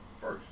first